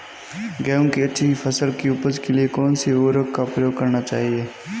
गेहूँ की अच्छी फसल की उपज के लिए कौनसी उर्वरक का प्रयोग करना चाहिए?